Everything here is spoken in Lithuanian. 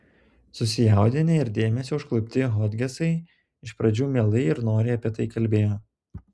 susijaudinę ir dėmesio užklupti hodgesai iš pradžių mielai ir noriai apie tai kalbėjo